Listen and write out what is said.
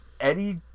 Eddie